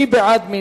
מי בעד?